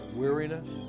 weariness